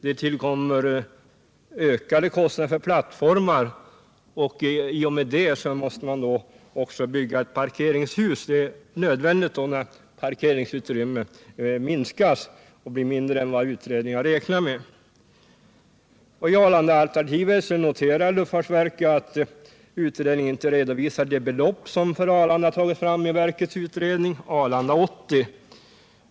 Det tillkommer också ökade kostnader för plattformar, och man måste dessutom bygga ett parkeringshus eftersom parkeringsutrymmet skulle komma att bli mindre än vad utredningen räknat med. Beträffande Arlandaalternativet noterar luftfartsverket att utredningen inte redovisar de belopp som för Arlanda tagits fram i luftfartsverkets utredning Arlanda 80.